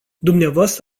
dvs